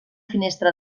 finestra